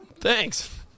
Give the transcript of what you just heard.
Thanks